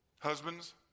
Husbands